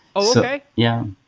okay. yeah